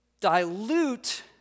dilute